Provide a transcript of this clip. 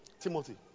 Timothy